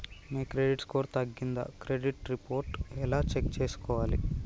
మీ credit score తగ్గిందా credit report ఎలా check చేసుకోవాలి?